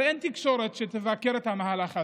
הרי אין תקשורת שתבקר את המהלך הזה.